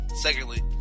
secondly